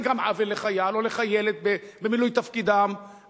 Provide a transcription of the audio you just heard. נגרם עוול לחייל או לחיילת במילוי תפקידם,